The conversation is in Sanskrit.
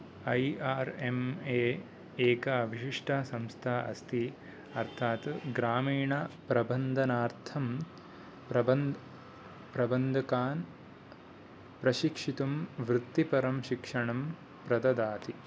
ऐ आर् एम् ए एका विशिष्टा संस्था अस्ति अर्थात् ग्रामीणप्रबन्धनार्थं प्रबन्ध प्रबन्धकान् प्रशिक्षितुं वृत्तिपरं शिक्षणं प्रददाति